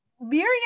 Miriam